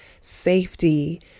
safety